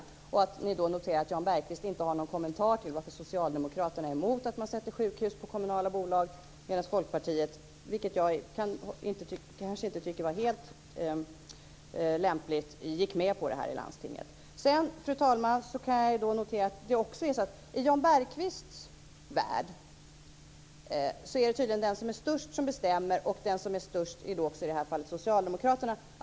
Notera också att Jan Bergqvist inte har någon kommentar till varför socialdemokraterna är mot att man sätter sjukhus på kommunala bolag, medan Folkpartiet - vilket jag kanske inte tycker var helt lämpligt - gick med på detta i landstinget. Sedan, fru talman, kan jag notera att det också är så att i Jan Bergqvists värld är det tydligen den som är störst som bestämmer, och den som är störst är då också i det här fallet Socialdemokraterna.